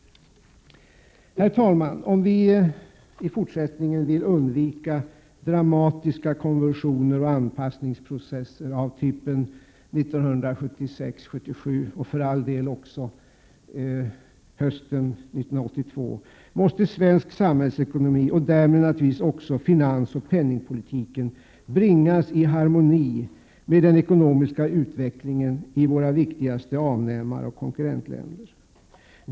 Herr talman! Om vi i fortsättningen vill undvika dramatiska konvulsioner och anpassningsprocesser av typen 1976-1977, och för all del hösten 1982, måste svensk samhällsekonomi, och därmed också finansoch penningpolitiken, bringas i harmoni med den ekonomiska utvecklingen i våra viktigaste avnämaroch konkurrentländer.